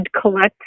collect